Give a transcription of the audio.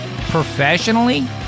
Professionally